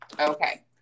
okay